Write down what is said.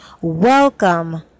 Welcome